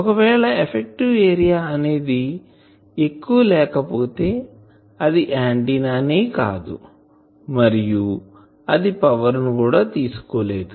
ఒకవేళ effective area అనేది ఎక్కవ లేకపోతే అది ఆంటిన్నా నే కాదు మరియు అది పవర్ ని కూడా తీసుకోలేదు